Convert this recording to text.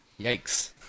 Yikes